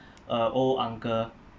a old uncle